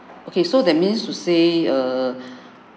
okay so that means to say err